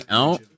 out